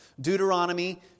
Deuteronomy